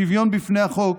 שוויון בפני החוק